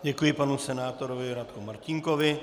Děkuji panu senátorovi Radko Martínkovi.